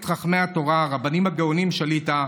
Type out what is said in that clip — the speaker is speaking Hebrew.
חכמי התורה הרבנים הגאונים שליט"א,